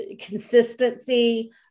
consistency